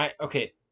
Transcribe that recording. Okay